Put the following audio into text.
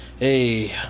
hey